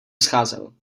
scházel